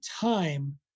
time